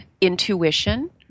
intuition